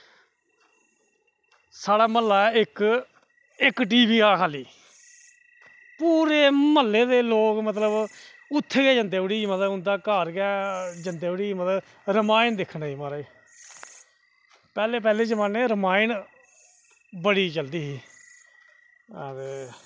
साढ़ा म्हल्ला ऐ इक्क टीवी हा खाल्ली पूरे म्हल्ले दे लोक मतलब उत्थें गै जंदे ओड़ी मतलब उंदे घर गै जंदे ओड़ी हे म्हाराज रामायण दिक्खने गी पैह्ले पैह्ले जमानै च रामायण बड़ी चलदी ही आं ते